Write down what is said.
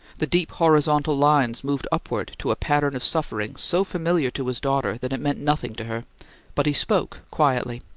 the deep horizontal lines moved upward to a pattern of suffering so familiar to his daughter that it meant nothing to her but he spoke quietly.